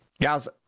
Guys